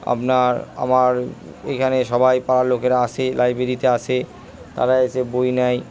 আপনার আমার এখানে সবাই পাড়ার লোকেরা আসে লাইব্রেরিতে আসে তারা এসে বই নেয়